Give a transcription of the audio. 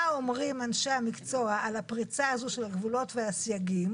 מה אומרים אנשי המקצוע על הפריצה הזאת של הגבולות והסייגים